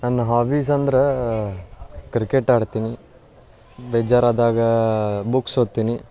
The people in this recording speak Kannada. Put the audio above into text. ನನ್ನ ಹಾಬೀಸ್ ಅಂದ್ರೆ ಕ್ರಿಕೆಟ್ ಆಡ್ತೀನಿ ಬೇಜಾರಾದಾಗ ಬುಕ್ಸ್ ಓದ್ತೀನಿ